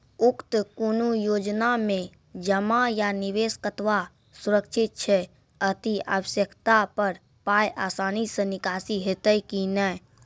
उक्त कुनू योजना मे जमा या निवेश कतवा सुरक्षित छै? अति आवश्यकता पर पाय आसानी सॅ निकासी हेतै की नै?